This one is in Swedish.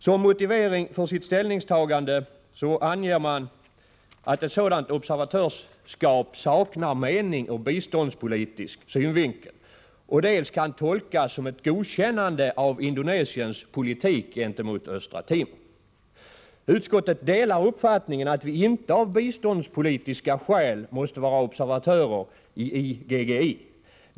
Som motivering för sitt ställningstagande anger man att ett sådant observatörskap saknar mening ur biståndspolitisk synvinkel. Dessutom kan det tolkas som ett godkännande av Indonesiens politik gentemot Östra Timor enligt vpk:s uppfattning. Utskottet delar uppfattningen att vi inte av biståndspolitiska skäl måste vara observatörer i IGGI.